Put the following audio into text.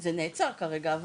זה נעצר כרגע כן?